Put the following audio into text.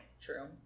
True